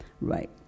Right